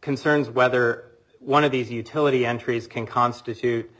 concerns whether one of these utility entries can constitute a